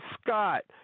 Scott